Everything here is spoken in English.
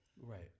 Right